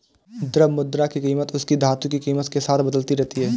द्रव्य मुद्रा की कीमत उसकी धातु की कीमत के साथ बदलती रहती है